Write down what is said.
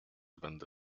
będę